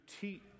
teach